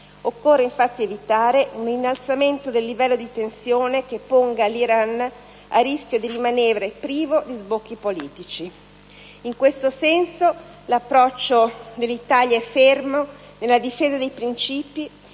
Occorre infatti evitare un innalzamento del livello di tensione che ponga l'Iran a rischio di rimanere privo di sbocchi politici. In questo senso, l'approccio dell'Italia è fermo nella difesa dei principi